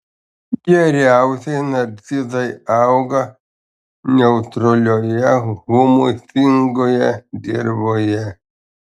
geriausiai narcizai auga neutralioje humusingoje dirvoje